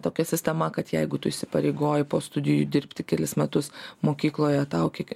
tokia sistema kad jeigu tu įsipareigoji po studijų dirbti kelis metus mokykloje tau kiek